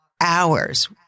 hours